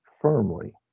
firmly